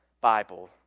Bible